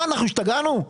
השתגענו?